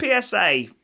PSA